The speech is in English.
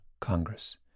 Congress